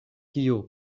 kio